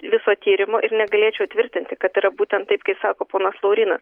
viso tyrimo ir negalėčiau tvirtinti kad yra būtent taip kaip sako ponas laurynas